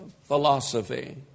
philosophy